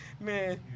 man